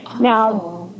now